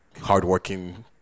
hardworking